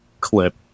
clip